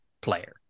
player